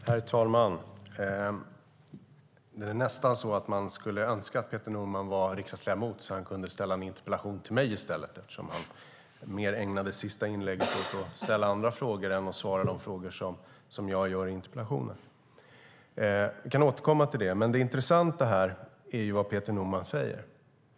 Herr talman! Det är nästan så man önskar att Peter Norman var riksdagsledamot så att han i stället kunde ställa en interpellation till mig. Han ägnade det senaste inlägget mer åt att ställa frågor än åt att svara på de frågor jag ställer i interpellationen. Vi kan återkomma till det. Det intressanta här är vad Peter Norman säger.